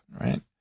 right